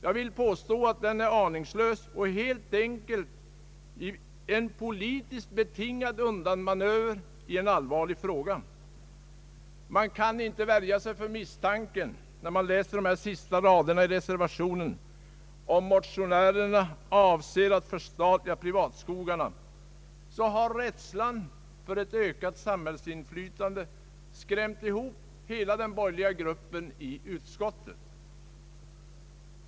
Jag vill påstå att den är aningslös och helt enkelt utgör en politiskt betingad undanmanöver i en allvarlig fråga. När man läser de sista raderna i reservationen, där det talas om att motionärernas förslag bl.a. skulle avse förstatligande av privatskogarna, kan man inte värja sig för misstanken att rädslan för ett ökat samhällsinflytande skrämt ihop hela den borgerliga gruppen i utskottet.